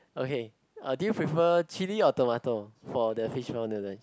okay uh do you prefer chili or tomato for the fishball noodle